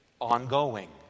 ongoing